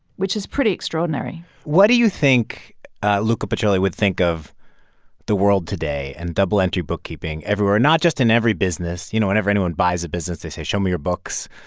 which is pretty extraordinary what do you think luca pacioli would think of the world today and double-entry bookkeeping everywhere, not just in every business you know, whenever anyone buys a business, they say, show me your books,